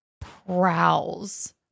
prowls